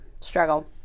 Struggle